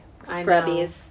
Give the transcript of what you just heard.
scrubbies